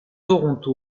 toronto